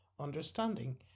understanding